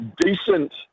Decent